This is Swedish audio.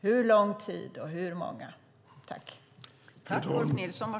Hur lång tid, och hur många?